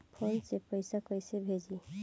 Phone से पैसा कैसे भेजी?